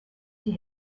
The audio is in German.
die